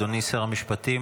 אדוני שר המשפטים,